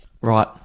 Right